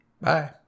Bye